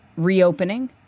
reopening